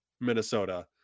minnesota